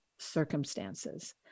circumstances